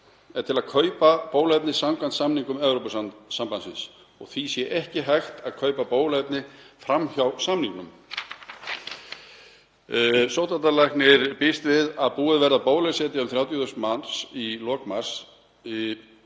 sig til að kaupa bóluefni samkvæmt samningum Evrópusambandsins og því sé ekki hægt að kaupa bóluefni fram hjá samningnum. Sóttvarnalæknir býst við að búið verði að bólusetja um 30.000 manns í lok mars